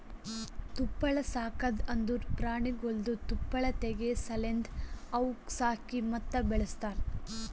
ತುಪ್ಪಳ ಸಾಕದ್ ಅಂದುರ್ ಪ್ರಾಣಿಗೊಳ್ದು ತುಪ್ಪಳ ತೆಗೆ ಸಲೆಂದ್ ಅವುಕ್ ಸಾಕಿ ಮತ್ತ ಬೆಳಸ್ತಾರ್